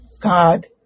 God